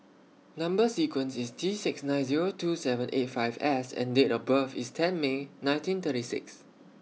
Number sequence IS T six nine Zero two seven eight five S and Date of birth IS ten May nineteen thirty six